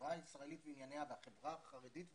החברה הישראלית וענייניה והחברה החרדית וענייניה,